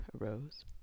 arose